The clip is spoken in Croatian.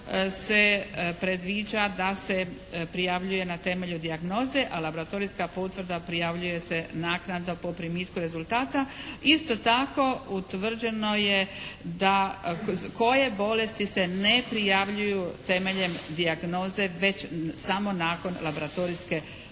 se predviđa da se prijavljuje na temelju dijagnoze a laboratorijska potvrda prijavljuje se naknadno po primitku rezultata. Isto tako utvrđeno je da, koje bolesti se ne prijavljuju temeljem dijagnoze već samo nakon laboratorijske potvrde